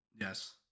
Yes